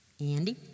Andy